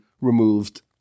removed